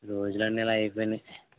రోజులన్నీ ఇలా అయిపోయినాయ్